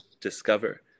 discover